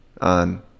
on